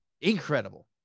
incredible